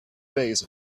base